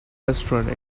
restaurant